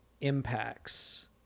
impacts